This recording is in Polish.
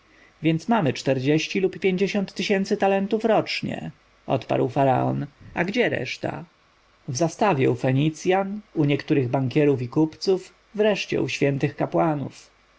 więc mamy czterdzieści lub pięćdziesiąt tysięcy talentów rocznie odparł faraon a gdzie reszta w zastawie u fenicjan u niektórych bankierów i kupców wreszcie u świętych kapłanów